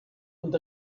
und